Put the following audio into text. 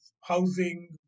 housing